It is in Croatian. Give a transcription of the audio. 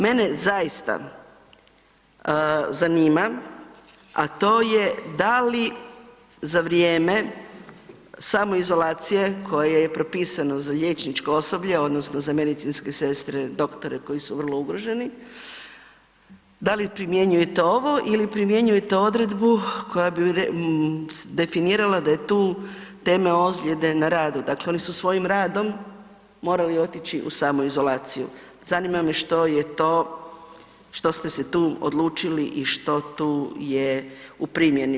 Mene zaista zanima, a to je da li za vrijeme samoizolacije koje je propisano za liječničko osoblje odnosno za medicinske sestre, doktore koji su vrlo ugroženi, da li primjenjujete ovo ili primjenjujete odredbu koja bi definirala da je tu tema ozljede na radu, dakle oni su svojim radom morali otići u samoizolaciju, zanima me što je to što ste se tu odlučili i što tu je u primjeni?